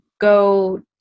go